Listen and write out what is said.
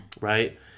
Right